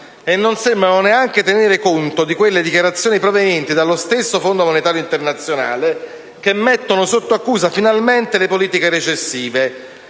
E non sembrano neanche tenere conto di quelle dichiarazioni provenienti dallo stesso Fondo monetario internazionale che mettono sotto accusa finalmente le politiche recessive,